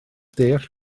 deall